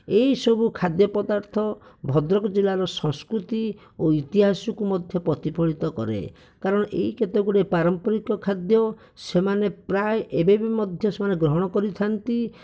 ଏହିସବୁ ଖାଦ୍ୟ ପଦାର୍ଥ ଭଦ୍ରକ ଜିଲ୍ଲାର ସଂସ୍କୃତି ଓ ଇତିହାସକୁ ମଧ୍ୟ ପ୍ରତିଫଳିତ କରେ କାରଣ ଏହି କେତେଗୁଡ଼ିଏ ପାରମ୍ପରିକ ଖାଦ୍ୟ ସେମାନେ ପ୍ରାୟ ଏବେବି ମଧ୍ୟ ସେମାନେ ଗ୍ରହଣ କରିଥାନ୍ତି